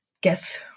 guess